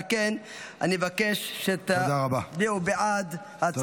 על כן אני מבקש שתצביעו בעד הצעת החוק.